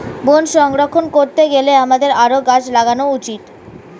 বন সংরক্ষণ করতে গেলে আমাদের আরও গাছ লাগানো উচিত